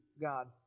God